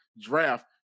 draft